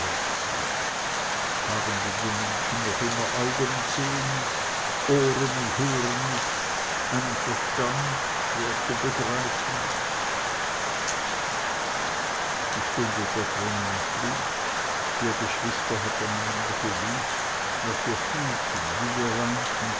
haben denn die menschen noch immer augen und sehen nicht ohren und hören nicht einen verstand schwer zum begreifen die stunde der trennung schlug wir geschwister hatten einander geliebt was wir fühlten wie wir